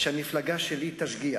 המפלגה שלי תשגיח.